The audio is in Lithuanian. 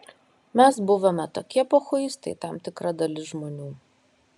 mes buvome tokie pochuistai tam tikra dalis žmonių